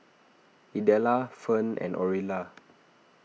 Idella Ferne and Orilla